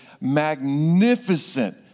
magnificent